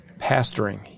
pastoring